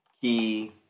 key